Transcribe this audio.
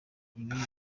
ibi